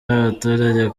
n’abaturage